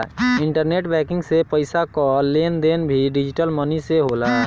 internet banking से पईसा कअ लेन देन भी डिजटल मनी से होला